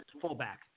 fullback